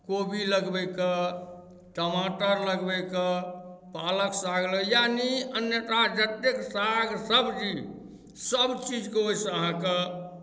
कोबी लगबैके टमाटर लगबैके पालक साग यानि अन्यथा जतेक साग सब्जी सभचीजके ओहिसँ अहाँकेँ